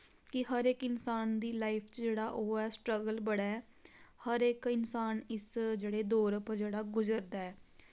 कि हर इक इंसान दी लाईफ च जेह्ड़ा ओ ऐ स्ट्रगल बड़ा ऐ हर इक इंसान इस जेह्ड़े दौर उप्पर जेह्ड़ा गुजरदा ऐ